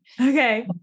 Okay